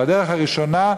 והדרך הראשונה,